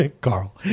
Carl